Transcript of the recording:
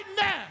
now